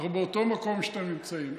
אנחנו באותו מקום שאתם נמצאים.